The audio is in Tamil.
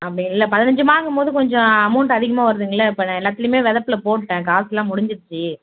அப்படி இல்லை பதினஞ்சு மாங்கும்போது கொஞ்சம் அமௌண்டு அதிகமாக வருதுங்களே இப்போ நான் எல்லாத்துலேயுமே வெதைப்புல போட்டேன் காசெல்லாம் முடிஞ்சிச்சு